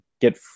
get